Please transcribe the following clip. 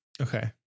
Okay